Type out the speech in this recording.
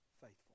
faithful